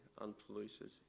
unpolluted